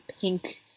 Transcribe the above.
pink